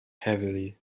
heavily